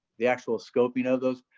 the actual scoping of those,